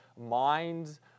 minds